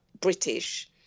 British